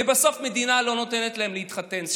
ובסוף המדינה לא נותנת להם להתחתן,